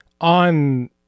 on